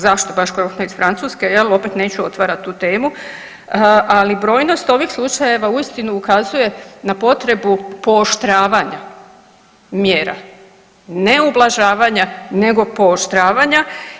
Zašto baš krofne iz Francuske jel opet neću otvarat tu temu, ali brojnost ovih slučajeva uistinu ukazuje na potrebu pooštravanja mjera, ne ublažavanja nego pooštravanja.